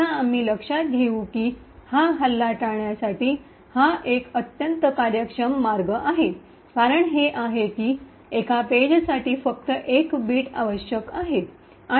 आता आम्ही लक्षात घेऊ की हा हल्ला अटैक टाळण्यासाठी हा एक अत्यंत कार्यक्षम मार्ग आहे कारण हे आहे की एका पेजसाठी फक्त 1 बिट आवश्यक आहे